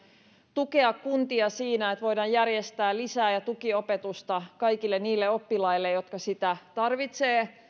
tukea kuntia siinä että voidaan järjestää lisä ja tukiopetusta kaikille niille oppilaille jotka sitä tarvitsevat